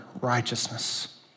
righteousness